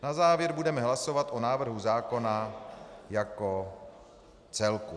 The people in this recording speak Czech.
Na závěr budeme hlasovat o návrhu zákona jako celku.